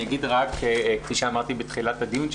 כפי שאמרתי בתחילת דיון,